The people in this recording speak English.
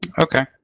Okay